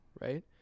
right